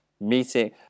meeting